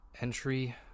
Entry